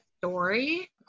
story